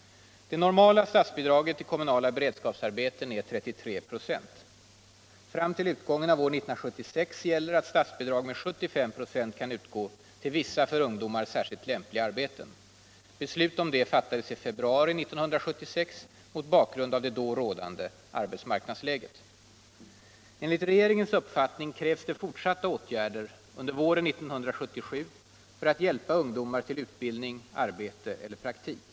Det normala statsbidraget till kommunala beredskapsarbeten är 33 96. Fram till utgången av år 1976 gäller att statsbidrag med 75 96 kan utgå till vissa för ungdomar särskilt lämpliga arbeten. Beslut om detta fattades i februari 1976 mot bakgrund av det då rådande arbetsmarknadsläget. Enligt regeringens uppfattning krävs det fortsatta åtgärder under våren 1977 för att hjälpa ungdomar till utbildning, arbete eller praktik.